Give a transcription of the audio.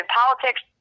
politics